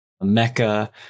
mecca